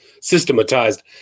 systematized